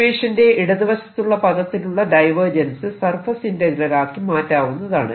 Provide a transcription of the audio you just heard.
ഇക്വേഷന്റെ ഇടതുവശത്തുള്ള പദത്തിലുള്ള ഡൈവേർജൻസ് സർഫേസ് ഇന്റഗ്രൽ ആക്കി മാറ്റാവുന്നതാണ്